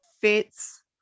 fits